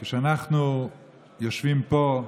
כשאנחנו יושבים פה,